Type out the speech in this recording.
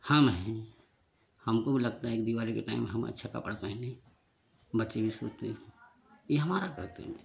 हम हैं हमको भी लगता है दिवाली के टाइम हम अच्छा कपड़ा पहने बच्चे भी समझते हैं ये हमरा कर्तव्य है